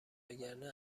وگرنه